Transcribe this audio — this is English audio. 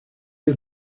had